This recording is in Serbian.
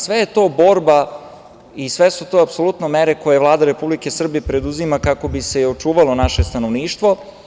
Sve je to borba i sve su to apsolutno mere koje Vlada Republike Srbije preduzima kako bi se i očuvalo naše stanovništvo.